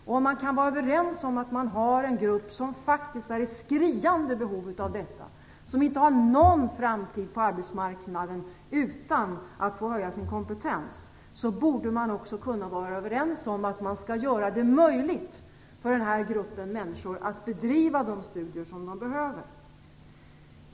Om man kan vara överens om att det finns en grupp som är i skriande behov av detta, som inte har någon framtid på arbetsmarknaden utan att få höja sin kompetens, borde man också kunna vara överens om att man skall göra det möjligt för den här gruppen människor att bedriva de studier som de behöver.